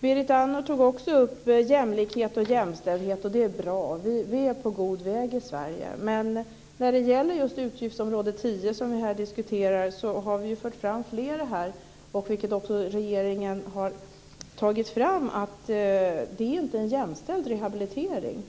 Berit Andnor tog också upp jämlikhet och jämställdhet, och det är bra. Vi är på god väg i Sverige. Men när det gäller just utgiftsområde 10, som vi här diskuterar, har vi fört fram flera synpunkter om, och det har även regeringen gjort, att det inte är en jämställd rehabilitering.